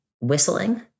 whistling